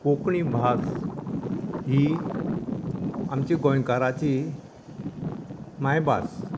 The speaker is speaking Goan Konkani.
कोंकणी भास ही आमची गोंयकारांची मांयभास